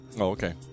okay